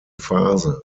phase